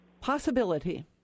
Possibility